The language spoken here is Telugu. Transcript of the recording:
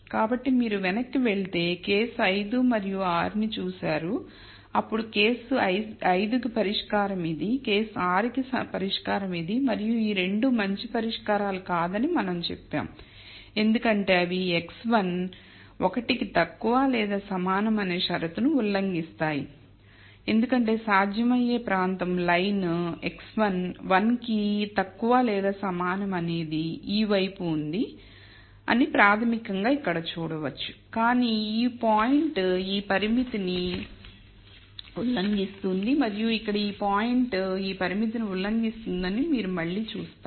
కాబట్టి మీరు వెనక్కి వెళితేకేసు 5 మరియు 6 ని చూశారు అప్పుడు కేసు 5 కి పరిష్కారం ఇది కేసు 6 కి పరిష్కారం ఇది మరియు ఈ రెండు మంచి పరిష్కారాలు కాదని మనం చెప్పాము ఎందుకంటే అవి x1 1 కి తక్కువ లేదా సమానం అనే షరతును ఉల్లంఘిస్తాయి ఎందుకంటే సాధ్యమయ్యే ప్రాంతం లైన్ x1 1 కి తక్కువ లేదా సమానం అనేది ఈ వైపు ఉంది అని ప్రాథమికంగా ఇక్కడ చూడవచ్చు కానీ ఈ పాయింట్ ఈ పరిమితిని ఉల్లంఘిస్తోంది మరియు ఇక్కడ ఈ పాయింట్ ఈ పరిమితిని ఉల్లంఘిస్తోందని మీరు మళ్ళీ చూస్తారు